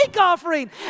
offering